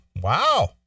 Wow